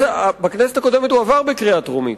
בכנסת הקודמת הוא עבר בקריאה טרומית.